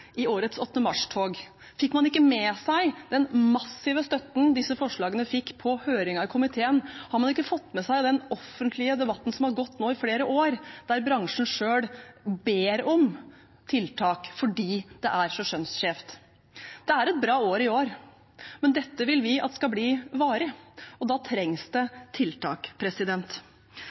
i årets 8. mars-tog? Fikk man ikke med seg den massive støtten disse forslagene fikk på høringen i komiteen? Har man ikke fått med seg den offentlige debatten som har gått nå i flere år, der bransjen selv ber om tiltak fordi det er så kjønnsskjevt? Det er et bra år i år, men dette vil vi skal bli varig, og da trengs det tiltak.